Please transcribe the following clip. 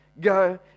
go